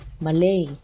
Malay